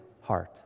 heart